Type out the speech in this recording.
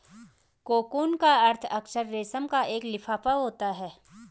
cocoon का अर्थ अक्सर रेशम का एक लिफाफा होता है